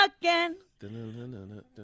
again